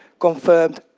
confirmed,